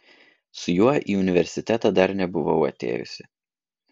su juo į universitetą dar nebuvau atėjusi